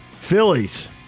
Phillies